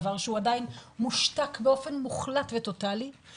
דבר שהוא עדיין מושתק באופן מוחלט וטוטאלי,